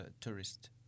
tourists